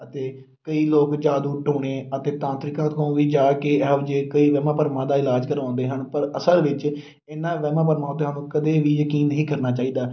ਅਤੇ ਕਈ ਲੋਕ ਜਾਦੂ ਟੂਣੇ ਅਤੇ ਤਾਂਤਰਿਕਾਂ ਤੋਂ ਵੀ ਜਾ ਕੇ ਇਹੋ ਜਿਹੇ ਕਈ ਵਹਿਮਾਂ ਭਰਮਾਂ ਦਾ ਇਲਾਜ ਕਰਵਾਉਂਦੇ ਹਨ ਪਰ ਅਸਲ ਵਿੱਚ ਇਹਨਾਂ ਵਹਿਮਾਂ ਭਰਮਾਂ ਉੱਤੇ ਸਾਨੂੰ ਕਦੇ ਵੀ ਯਕੀਨ ਨਹੀਂ ਕਰਨਾ ਚਾਹੀਦਾ